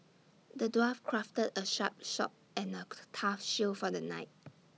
the dwarf crafted A sharp sword and act tough shield for the knight